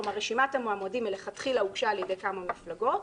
כלומר רשימת המועמדים מלכתחילה הוגשה על-ידי כמה מפלגות.